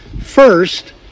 First